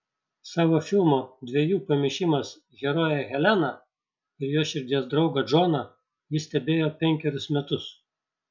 savo filmo dviejų pamišimas heroję heleną ir jos širdies draugą džoną ji stebėjo penkerius metus